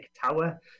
tower